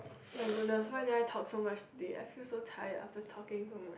oh-my-goodness why did I talk so much today I feel so tired after talking so much